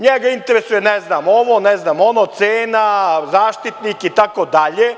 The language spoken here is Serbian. Njega interesuje, ne znam ovo, ne znam ono, cena, zaštitnik, itd.